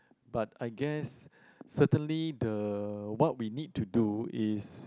but I guess certainly the what we need to do is